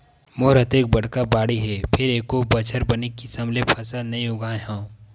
मोर अतेक बड़का बाड़ी हे फेर एको बछर बने किसम ले फसल नइ उगाय हँव